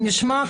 נשמע,